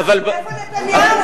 איפה נתניהו?